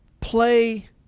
play